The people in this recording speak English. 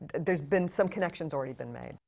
there's been some connection's already been made.